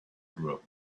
through